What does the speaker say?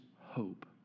hope